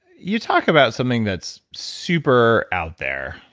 you talk about something that's super out there.